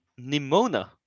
Nimona